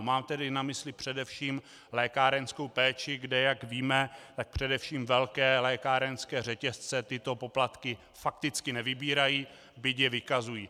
Mám tedy na mysli především lékárenskou péči, kde, jak víme, především velké lékárenské řetězce tyto poplatky fakticky nevybírají, byť je vykazují.